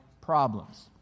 problems